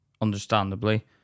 understandably